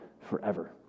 forever